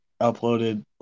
uploaded